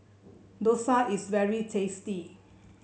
dosa is very tasty